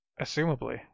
Assumably